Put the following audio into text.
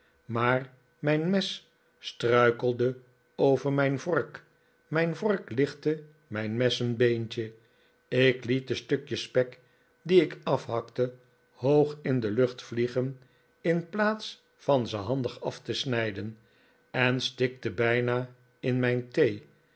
maar mijn mes struikelde over mijn vork mijn vork lichtte mijn mes een beentje ik liet de stukjes spek die ik afhakte hoog in de lucht vliegen in plaats van ze handig af te snijden en stikte bijna in mijn thee